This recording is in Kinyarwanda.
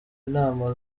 inama